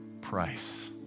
price